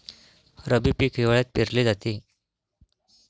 रब्बी पीक हिवाळ्यात पेरले जाते